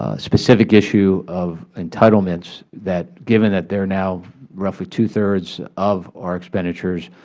ah specific issue of entitlements, that given that they are now roughly two-thirds of our expenditures,